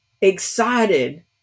excited